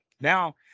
Now